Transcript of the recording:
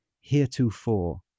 heretofore